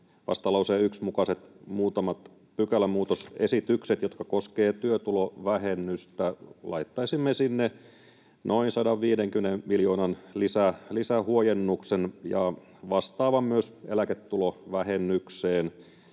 vastalauseen 1 mukaiset muutamat pykälämuutosesitykset, jotka koskevat työtulovähennystä. Laittaisimme sinne noin 150 miljoonan lisähuojennuksen ja vastaavan myös eläketulovähennykseen,